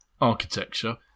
architecture